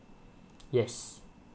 yes